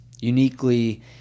uniquely